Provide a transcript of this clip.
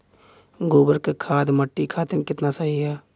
गोबर क खाद्य मट्टी खातिन कितना सही ह?